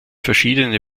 verschiedene